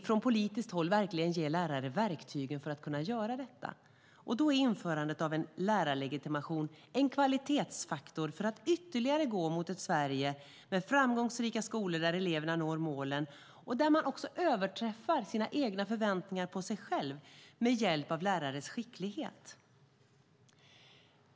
Från politiskt håll vill vi ge lärarna verktygen för att kunna göra detta. Då är införandet av en lärarlegitimation en kvalitetsfaktor för att ytterligare gå mot ett Sverige med framgångsrika skolor där eleverna når målen och också överträffar sina egna förväntningar på sig själva med hjälp av lärarnas skicklighet.